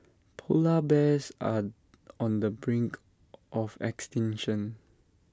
Polar Bears are on the brink of extinction